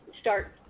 start